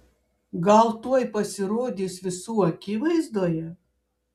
gal tuoj pasirodys visų akivaizdoje